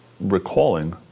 recalling